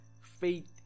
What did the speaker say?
faith